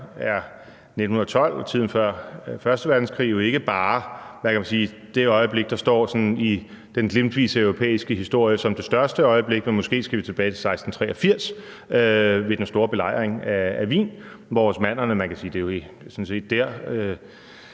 er 1912 og tiden før første verdenskrig jo ikke bare det, der står i den glimtvise europæiske historie som det største øjeblik, men måske skal vi tilbage til 1683 ved den store belejring af Wien. Man kan sige, at det jo sådan set er